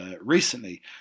recently